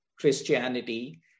Christianity